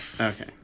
Okay